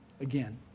Again